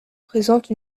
présente